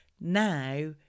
Now